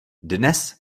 dnes